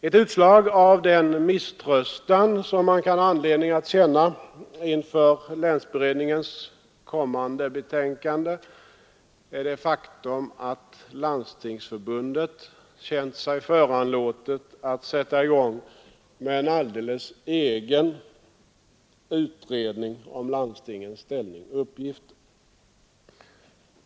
Ett utslag av den misströstan som man kan ha anledning att känna inför länsberedningens kommande betänkande är det faktum att Landstingsförbundet känt sig föranlåtet att sätta i gång med en alldeles egen utredning om landstingens ställning och uppgifter.